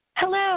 Hello